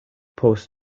post